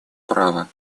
права